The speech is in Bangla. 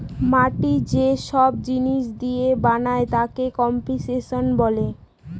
মাটি যে সব জিনিস দিয়ে বানায় তাকে কম্পোসিশন বলে